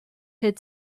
had